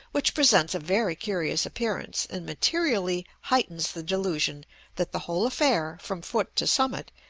which presents a very curious appearance, and materially heightens the delusion that the whole affair, from foot to summit,